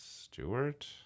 Stewart